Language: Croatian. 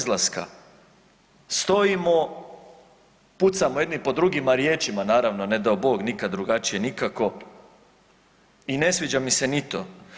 Stojimo, pucamo jedni po drugima riječima naravno ne dao bog nikad drugačije nikako i ne sviđa mi se ni to.